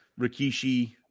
Rikishi